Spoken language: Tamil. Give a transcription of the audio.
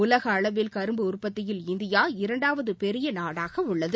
உலக அளவில் கரும்பு உற்பத்தியில் இந்தியா இரண்டாவது பெரிய நாடாக உள்ளது